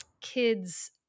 kids